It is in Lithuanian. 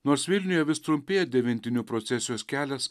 nors vilniuje vis trumpėja devintinių procesijos kelias